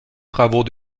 travaux